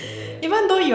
ya ya ya